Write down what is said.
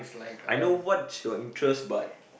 I know what's your interest but